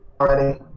Already